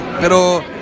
pero